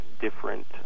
different